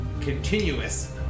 continuous